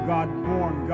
God-born